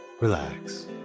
relax